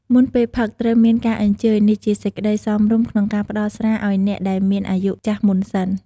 មុនពេលផឹក ត្រូវមានការអញ្ជើញ នេះជាសេចក្ដីសមរម្យក្នុងការផ្តល់ស្រាឲ្យអ្នកដែលមានអាយុចាស់មុនសិន។